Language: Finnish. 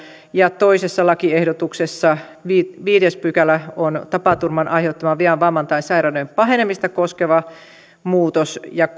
ja toisessa lakiehdotuksessa viides viides pykälä on tapaturman aiheuttaman vian vamman tai sairauden pahenemista koskeva muutos ja